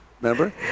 remember